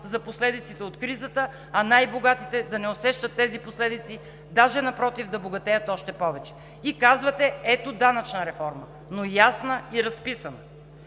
за последиците от кризата, а най-богатите да не усещат тези последици, даже напротив, да богатеят още повече. И казвате: ето данъчна реформа, но ясна и разписана.